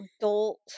adult